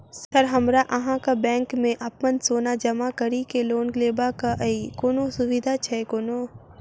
Sir हमरा अहाँक bank मे अप्पन सोना जमा करि केँ लोन लेबाक अई कोनो सुविधा छैय कोनो?